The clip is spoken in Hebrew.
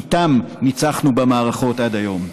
איתם ניצחנו במערכות עד היום.